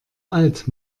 alt